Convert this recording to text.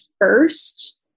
first